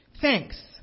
thanks